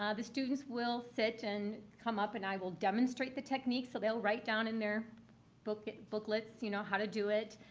ah the students will sit and come up and i will demonstrate the technique. so they're write down in their booklets, you know, how to do it.